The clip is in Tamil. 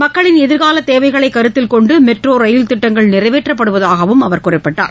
மக்களின் எதிர்கால தேவைகளை கருத்தில் கொண்டு திட்டங்கள் நிறைபேற்றப்படுவதாகவும் அவர் கூறினார்